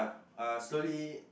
uh slowly